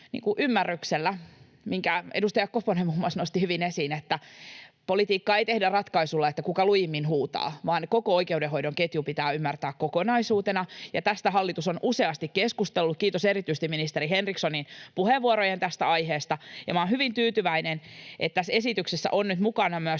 ymmärryksellä, minkä muun muassa edustaja Koponen nosti hyvin esiin, että politiikkaa ei tehdä ratkaisulla, kuka lujimmin huutaa, vaan koko oikeudenhoidon ketju pitää ymmärtää kokonaisuutena. Tästä hallitus on useasti keskustellut, kiitos erityisesti ministeri Henrikssonin puheenvuorojen tästä aiheesta, ja olen hyvin tyytyväinen, että tässä esityksessä on nyt mukana myös